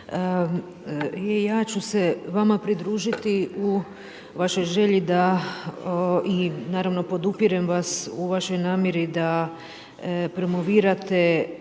ja ću se vama pridružiti u vašoj želji da i naravno podupirem vas u vašoj namjeri da promovirate